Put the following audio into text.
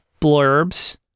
blurbs